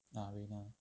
ah reina